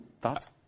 Thoughts